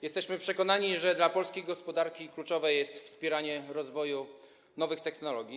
Jesteśmy przekonani, że dla polskiej gospodarki kluczowe jest wspieranie rozwoju nowych technologii.